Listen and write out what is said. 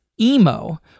emo